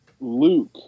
Luke